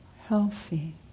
healthy